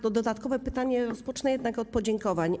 To dodatkowe pytanie rozpocznę jednak od podziękowań.